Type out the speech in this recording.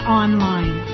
online